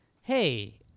hey